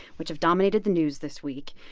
which have dominated the news this week.